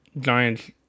Giants